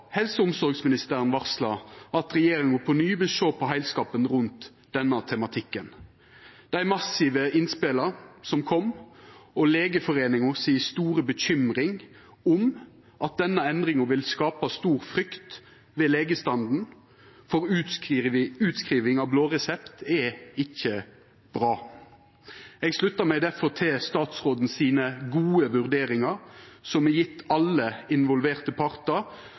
helse- og omsorgsministeren varsla at regjeringa på ny vil sjå på heilskapen rundt denne tematikken. Dei massive innspela som kom, og Legeforeningens store bekymring om at denne endringa vil skapa stor frykt ved legestanden for utskriving av blå resept, er ikkje bra. Eg sluttar meg derfor til statsråden sine gode vurderingar – som er gitt alle involverte partar,